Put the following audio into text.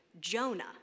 Jonah